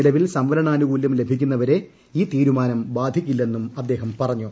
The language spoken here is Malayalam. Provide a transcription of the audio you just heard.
നിലവിൽ സംവരണാനുകൂല്യം ലഭിക്കു ന്നവരെ ഈ തീരുമാനം ബാധിക്കില്ലെന്നും അദ്ദേഹം പറഞ്ഞു